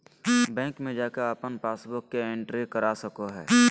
bank में जाके अपन पासबुक के एंट्री करा सको हइ